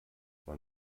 man